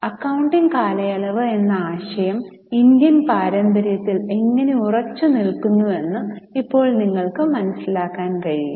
accounting കാലയളവ് എന്ന ആശയം ഇന്ത്യൻ പാരമ്പര്യത്തിൽ എങ്ങനെ ഉറച്ചുനിൽക്കുന്നുവെന്ന് ഇപ്പോൾ നിങ്ങൾക്ക് മനസിലാക്കാൻ കഴിയും